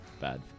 bad